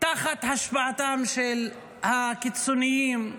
תחת השפעתם של הקיצוניים בממשלתו,